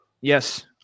Yes